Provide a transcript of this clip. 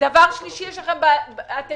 אתם יוצרים כאן בעיית